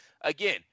again